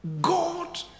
God